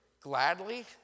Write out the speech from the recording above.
Gladly